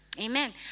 Amen